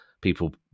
people